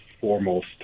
foremost